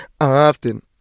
often